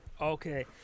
Okay